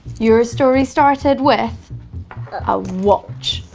your story started with a watch.